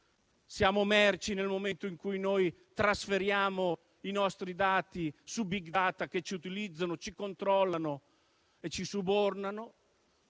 siamo merci nel momento in cui trasferiamo i nostri dati su *big data* che ci utilizzano, ci controllano e ci subornano;